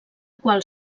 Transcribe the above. qual